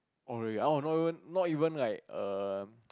oh really ah not even not even like err